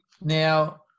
Now